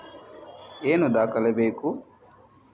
ಏನು ದಾಖಲೆ ಬೇಕು?